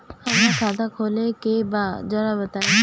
हमरा खाता खोले के बा जरा बताई